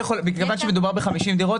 מכיוון שמדובר ב-50 דירות,